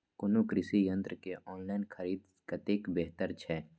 कोनो कृषि यंत्र के ऑनलाइन खरीद कतेक बेहतर छै?